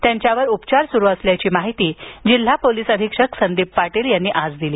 त्यांच्यावर उपचार सुरू असल्याची माहिती जिल्हा पोलीस अधीक्षक संदीप पाटील यांनी आज दिली